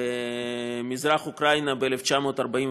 במזרח אוקראינה ב-1943.